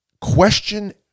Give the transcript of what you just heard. question